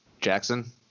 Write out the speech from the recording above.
Jackson